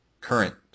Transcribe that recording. current